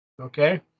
Okay